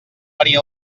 venir